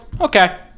okay